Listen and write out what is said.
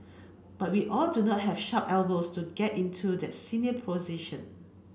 but we all do not have sharp elbows to get into that senior position